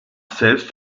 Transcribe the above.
selbst